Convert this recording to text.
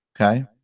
okay